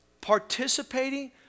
participating